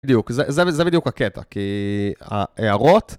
בדיוק, זה בדיוק הקטע כי ההערות